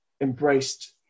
embraced